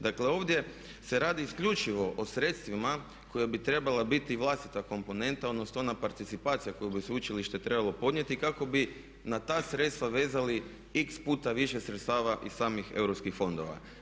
Dakle, ovdje se radi isključivo o sredstvima koja bi trebala biti vlastita komponenta, odnosno ona participacija koju bi sveučilište trebalo podnijeti kako bi na ta sredstva vezali x puta više sredstava iz samih EU fondova.